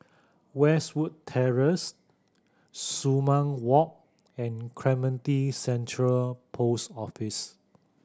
Westwood Terrace Sumang Walk and Clementi Central Post Office